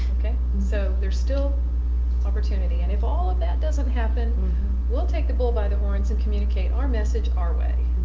ok. so there's still opportunity and if all of that doesn't happen we'll take the bull by the horns and communicate our message our way.